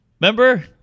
Remember